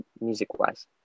music-wise